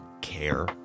care